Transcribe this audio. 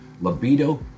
libido